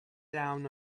down